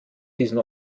diesen